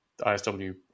ISW